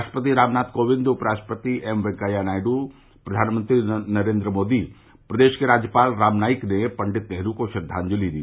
राष्ट्रपति रामनाथ कोविंद उप राष्ट्रपति एम वॅकैया नायडू प्रधानमंत्री नरेंद्र मोदी प्रदेश के राज्यपाल राम नाईक ने पंडित नेहरू को श्रद्वांजलि दी